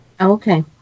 Okay